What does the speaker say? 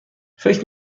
فکر